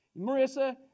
Marissa